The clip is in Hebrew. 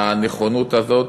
הנכונות הזאת,